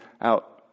out